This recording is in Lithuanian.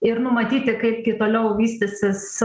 ir numatyti kaip gi toliau vystysis